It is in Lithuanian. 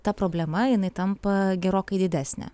ta problema jinai tampa gerokai didesnė